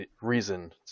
reason